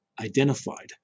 identified